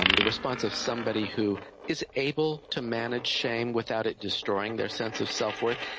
um the response of somebody who is able to manage shame without it destroying their sense of self-worth,